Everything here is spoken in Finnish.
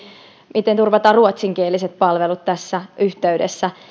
miten turvata ruotsinkieliset palvelut tässä yhteydessä